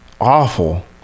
awful